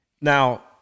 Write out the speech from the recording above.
Now